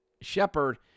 Shepard